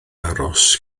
aros